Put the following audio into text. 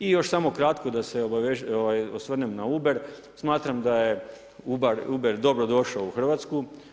I još samo kratko da se osvrnem na Uber, smatram da je Uber dobrodošao u Hrvatsku.